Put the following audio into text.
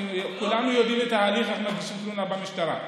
כולנו יודעים את ההליך, איך מגישים תלונה במשטרה.